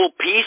peace